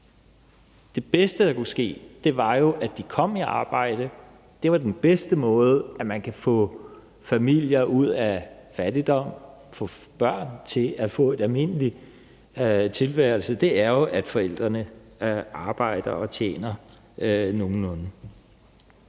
Det bedste, der kunne ske, var jo, at de kom i arbejde. Det er den bedste måde at få familier ud af fattigdom og få børn til at få en almindelig tilværelse på. Det er jo, at forældrene arbejder og tjener nogenlunde.